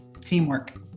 teamwork